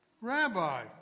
Rabbi